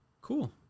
Cool